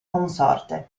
consorte